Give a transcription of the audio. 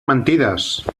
mentides